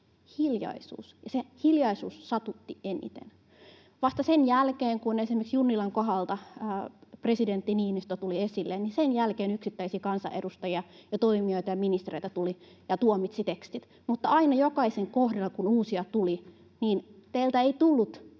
—, ja se hiljaisuus satutti eniten. Vasta sen jälkeen, kun esimerkiksi Junnilan kohdalla presidentti Niinistö tuli esille, tuli yksittäisiä kansanedustajia ja toimijoita ja ministereitä, jotka tuomitsivat tekstit, mutta aina kun uusia tuli, jokaisen kohdalla oli niin, että teiltä ei tullut